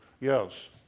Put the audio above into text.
Yes